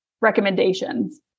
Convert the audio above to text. recommendations